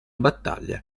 battaglia